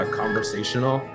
conversational